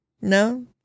no